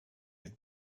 had